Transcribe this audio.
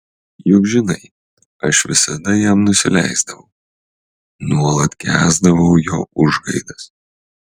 juk žinai aš visada jam nusileisdavau nuolat kęsdavau jo užgaidas